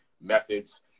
methods